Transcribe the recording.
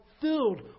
filled